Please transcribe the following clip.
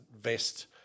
vest